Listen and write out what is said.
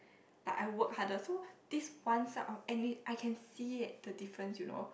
like I work harder so this one side of any I can see the difference you know